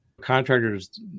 contractors